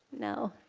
no.